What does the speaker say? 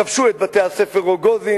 כבשו את בתי-הספר "רוגוזין",